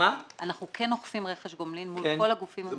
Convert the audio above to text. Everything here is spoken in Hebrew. אנחנו כן אוכפים רכש גומלין מול כל הגופים המתמודדים.